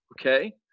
okay